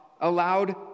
allowed